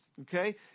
Okay